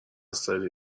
ساده